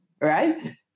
right